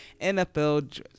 NFL